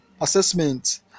assessment